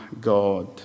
God